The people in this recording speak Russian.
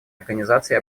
организации